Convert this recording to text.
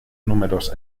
números